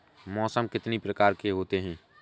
मौसम कितनी प्रकार के होते हैं?